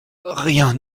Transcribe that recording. rien